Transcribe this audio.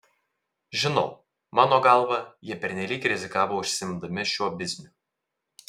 žinau mano galva jie pernelyg rizikavo užsiimdami šiuo bizniu